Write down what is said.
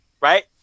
right